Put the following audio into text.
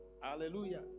hallelujah